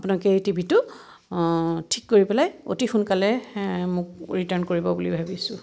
আপোনালোকে এই টিভিটো ঠিক কৰি পেলাই অতি সোনকালে মোক ৰিটাৰ্ণ কৰিব বুলি ভাবিছোঁ